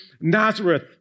Nazareth